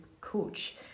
coach